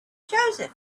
joseph